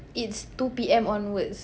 it's two P_M onwards